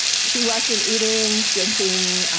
she wasn't eating, drinking.